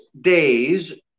days